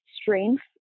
strength